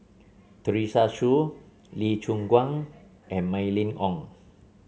Teresa Hsu Lee Choon Guan and Mylene Ong